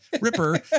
Ripper